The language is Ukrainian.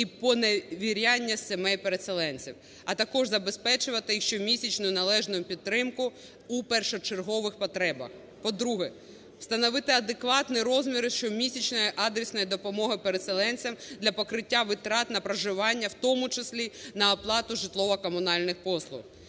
і поневіряння сімей переселенців, а також забезпечувати і щомісячну належну підтримку у першочергових потребах. По-друге, встановити адекватні розміри щомісячної адресної допомоги переселенцям для покриття витрат на проживання, в тому числі на оплату житлово-комунальних послуг,